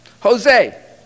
Jose